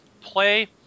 Play